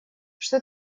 что